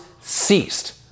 ceased